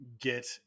get